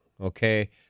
okay